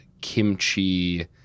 kimchi